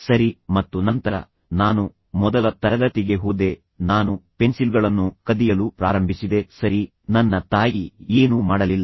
ಸರಿ ಮತ್ತು ನಂತರ ನಾನು ಮೊದಲ ತರಗತಿಗೆ ಹೋದೆ ನಾನು ಪೆನ್ಸಿಲ್ಗಳನ್ನು ಕದಿಯಲು ಪ್ರಾರಂಭಿಸಿದೆ ಸರಿ ನನ್ನ ತಾಯಿ ಏನೂ ಮಾಡಲಿಲ್ಲ